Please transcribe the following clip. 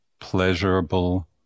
pleasurable